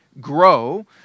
grow